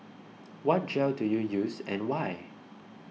what gel do you use and why